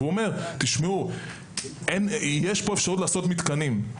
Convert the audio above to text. והוא אומר שיש אפשרות לעשות מתקנים,